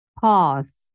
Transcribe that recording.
pause